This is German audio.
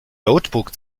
notebook